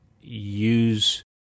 use